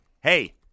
hey